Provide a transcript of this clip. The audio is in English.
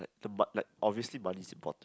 the mo~ like obviously money is important